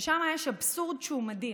ששם יש אבסורד שהוא מדהים.